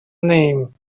name